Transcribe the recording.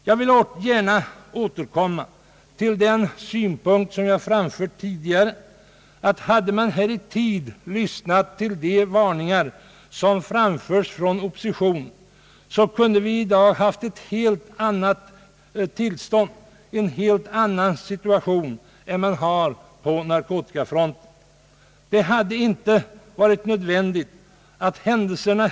Jag vill gärna återkomma till min tidigare framförda synpunkt, att hade man i tid lyssnat till oppositionens varningar kunde tillståndet på detta område i dag ha varit ett helt annat.